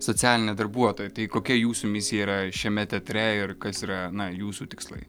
socialinė darbuotoja tai kokia jūsų misija yra šiame teatre ir kas yra na jūsų tikslai